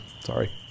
Sorry